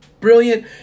Brilliant